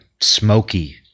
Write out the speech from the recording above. smoky